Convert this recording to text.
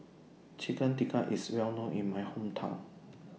Chicken Tikka IS Well known in My Hometown